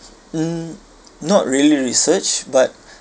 mm not really research but